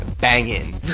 Banging